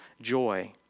joy